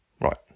Right